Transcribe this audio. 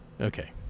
Okay